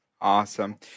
Awesome